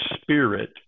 Spirit